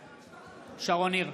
ניר,